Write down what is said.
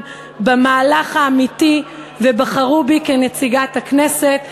במהלך האמיתי ובחרו בי כנציגת הכנסת.